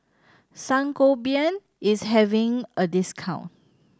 Sangobion is having a discount